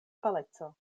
paleco